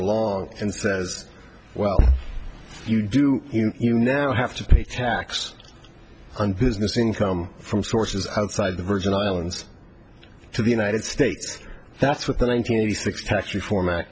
along and says well if you do you now have to pay tax on business income from sources outside the virgin islands to the united states that's what the nine hundred eighty six tax reform